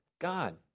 God